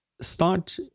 start